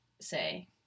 say